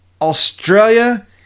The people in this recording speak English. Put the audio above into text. Australia